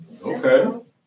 Okay